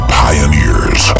pioneers